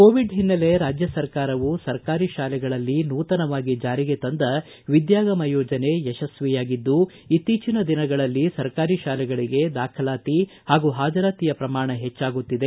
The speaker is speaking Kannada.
ಕೋವಿಡ್ ಹಿನ್ನಲೆ ರಾಜ್ಯ ಸರ್ಕಾರವು ಸರ್ಕಾರಿ ಶಾಲೆಗಳಲ್ಲಿ ನೂತನವಾಗಿ ಜಾರಿಗೆ ತಂದ ವಿದ್ವಾಗಮ ಯೋಜನೆ ಯಶಸ್ತಿಯಾಗಿದ್ದು ಇತ್ತೀಚಿನ ದಿನಗಳಲ್ಲಿ ಸರ್ಕಾರಿ ಶಾಲೆಗಳಿಗೆ ದಾಖಲಾತಿ ಹಾಗೂ ಹಾಜರಾತಿಯ ಪ್ರಮಾಣ ಹೆಜ್ಜಾಗುತ್ತಿದೆ